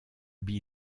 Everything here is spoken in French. bee